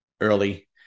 early